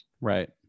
Right